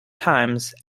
times